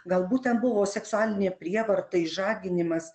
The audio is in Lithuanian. galbūt ten buvo seksualinė prievarta išžaginimas